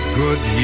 good